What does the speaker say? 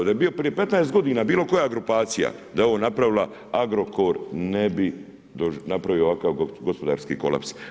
Da je bio prije 15 godina bilo koja grupacija da je ovo napravila, Agrokor ne bi napravio ovakav gospodarski kolaps.